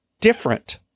different